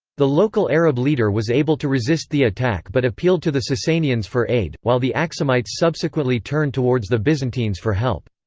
the local arab leader was able to resist the attack but appealed to the sassanians for aid, while the axumites subsequently turned towards the byzantines for help.